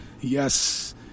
yes